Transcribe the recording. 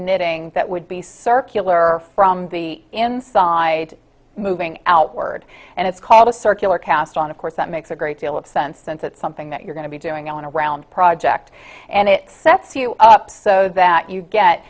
knitting that would be circular or from the inside moving outward and it's called a circular cast on of course that makes a great deal of sense since it's something that you're going to be doing on a round project and it sets you up so that you get